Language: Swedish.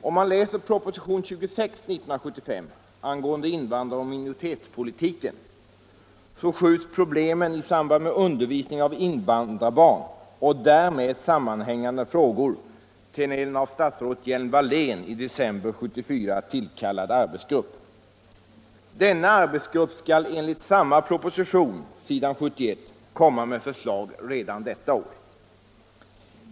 Om man läser proposition 26 år 1975 angående invandraroch minoritetspolitiken, finner man att problem i samband med undervisning av invandrarbarn och därmed sammanhängande frågor hänskjuts till en av statsrådet Hjelm-Wallén i december 1974 tillkallad arbetsgrupp. Denna arbetsgrupp skall enligt propositionen, s. 71, komma med förslag redan detta år.